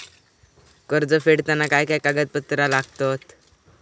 कर्ज फेडताना काय काय कागदपत्रा लागतात?